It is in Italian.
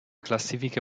classifiche